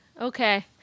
Okay